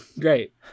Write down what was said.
Great